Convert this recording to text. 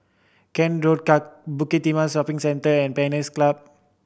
Kent Road Bukit Timah Shopping Centre and Pines Club